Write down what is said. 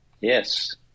Yes